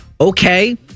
okay